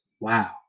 wow